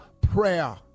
prayer